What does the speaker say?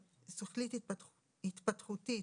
התפתחותית,